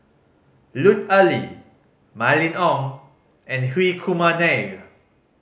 Lut Ali Mylene Ong and Hri Kumar Nair